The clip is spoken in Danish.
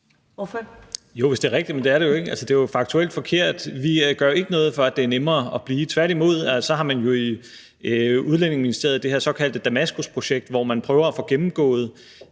(S): Jo, hvis det var rigtigt, men det er det jo ikke. Det er jo faktuelt forkert. Vi gør jo ikke noget for, at det er nemmere at blive. Tværtimod har man jo i Udlændinge- og Integrationsministeriet det her såkaldte Damaskusprojekt, hvor man prøver at få gennemgået